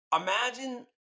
Imagine